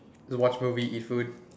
the watch movie eat food